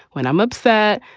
when i'm upset,